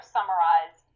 summarize